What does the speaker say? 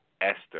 Esther